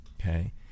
Okay